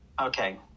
Okay